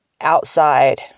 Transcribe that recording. outside